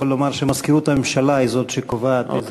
לסגן שר החוץ אני יכול לומר שמזכירות הממשלה היא שקובעת איזה שר יענה.